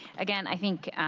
again, i think,